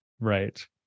Right